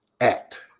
act